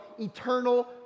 eternal